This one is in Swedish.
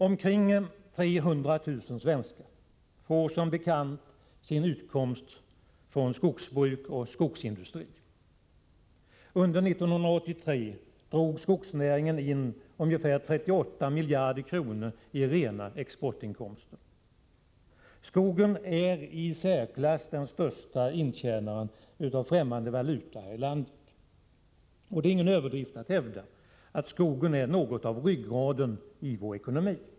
Omkring 300 000 svenskar får som bekant sin utkomst från skogsbruk och skogsindustri. Under 1983 drog skogsnäringen in 38 miljarder kronor i rena exportinkomster. Skogen är i särklass den största intjänaren av ffträmmande valuta här i landet. Det är ingen överdrift att hävda att skogen är något av ryggraden i vår ekonomi.